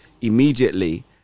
immediately